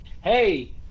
hey